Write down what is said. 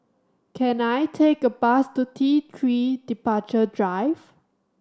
can I take a bus to T Three Departure Drive